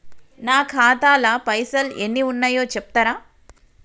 నా ఖాతా లా పైసల్ ఎన్ని ఉన్నాయో చెప్తరా?